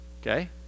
okay